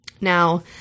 Now